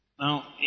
Now